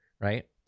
right